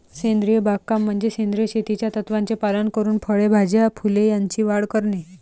सेंद्रिय बागकाम म्हणजे सेंद्रिय शेतीच्या तत्त्वांचे पालन करून फळे, भाज्या, फुले यांची वाढ करणे